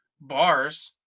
bars